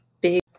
big